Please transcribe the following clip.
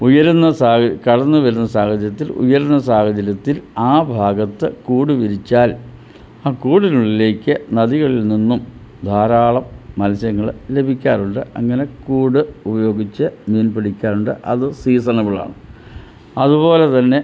ഉയരുന്ന കടന്നു വരുന്ന സാഹചര്യത്തിൽ ഉയരുന്ന സാഹചര്യത്തിൽ ആ ഭാഗത്ത് കൂട് വിരിച്ചാൽ ആ കൂടിനുള്ളിലേക്ക് നദികളിൽ നിന്നും ധാരാളം മത്സ്യങ്ങൾ ലഭിക്കാറുണ്ട് അങ്ങനെ കൂട് ഉപയോഗിച്ച് മീൻ പിടിക്കാറുണ്ട് അതും സീസണബിൾ ആണ് അതുപോലെ തന്നെ